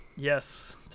Yes